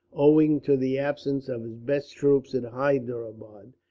owing to the absence of his best troops at hyderabad,